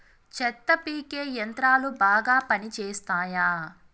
చెత్త పీకే యంత్రాలు బాగా పనిచేస్తాయా?